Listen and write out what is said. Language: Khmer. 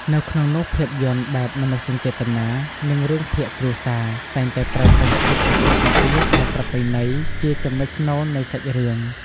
នៅក្នុងនោះភាពយន្តបែបមនោសញ្ចេតនា និងរឿងភាគគ្រួសារ តែងតែប្រើប្រាស់ឈុតអាពាហ៍ពិពាហ៍បែបប្រពៃណីជា ចំណុចស្នូលនៃសាច់រឿង។